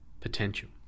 potential